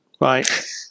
right